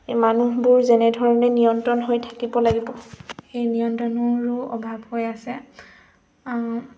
এই মানুহবোৰ যেনেধৰণে নিয়ন্ত্ৰণ হৈ থাকিব লাগিব সেই নিয়ন্ত্ৰণৰো অভাৱ হৈ আছে